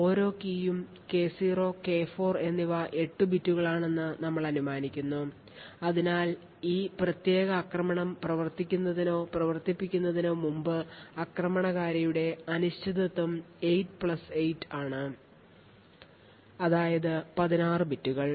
ഓരോ കീയും K0 K4 എന്നിവ 8 ബിറ്റുകളാണെന്ന് ഞങ്ങൾ അനുമാനിക്കുന്നു അതിനാൽ ഈ പ്രത്യേക ആക്രമണം പ്രവർത്തിപ്പിക്കുന്നതിനോ പ്രവർത്തിപ്പിക്കുന്നതിനോ മുമ്പ് ആക്രമണകാരിയുടെ അനിശ്ചിതത്വം 8 പ്ലസ് 8 ആണ് അതായത് 16 ബിറ്റുകൾ